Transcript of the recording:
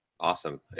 Awesome